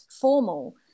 formal